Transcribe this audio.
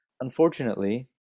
Unfortunately